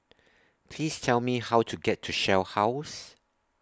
Please Tell Me How to get to Shell House